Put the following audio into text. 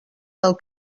del